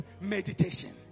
meditation